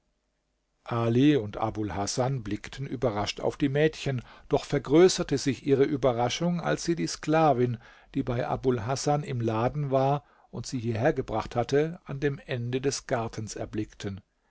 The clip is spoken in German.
ali und abul hasan blickten überrascht auf die mädchen doch vergrößerte sich ihre überraschung als sie die sklavin die bei abul hasan im laden war und sie hierher gebracht hatte an dem ende des gartens erblickten